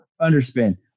underspin